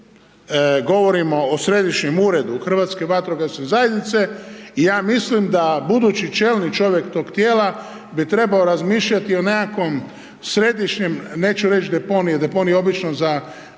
ovdje govorimo o središnjem uredu, u Hrvatske vatrogasne zajednice, ja mislim da budući čelni čovjek tog tijela bi trebao razmišljati o nekakvom, središnjem, neću reći deponiju, deponij je obično za dotrajala